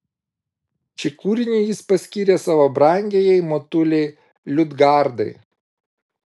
šį kūrinį jis paskyrė savo brangiajai motulei liudgardai